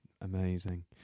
Amazing